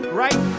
right